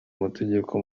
amategeko